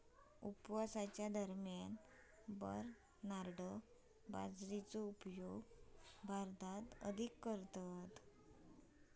उपवासाच्या दरम्यान बरनार्ड बाजरीचो उपयोग भारतात अधिक करतत